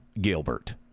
Gilbert